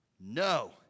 No